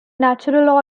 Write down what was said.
natural